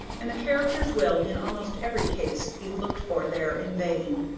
and the characters will in almost every case be looked for there in vain.